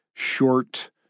short